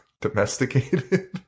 domesticated